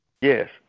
Yes